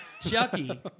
Chucky